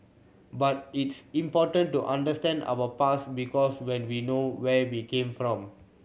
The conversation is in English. but it's important to understand our past because when we know where we came from